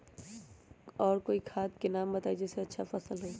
और कोइ खाद के नाम बताई जेसे अच्छा फसल होई?